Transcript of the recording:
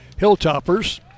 Hilltoppers